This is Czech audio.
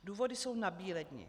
Důvody jsou nabíledni.